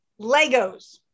Legos